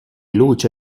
luce